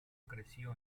creció